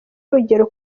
urugero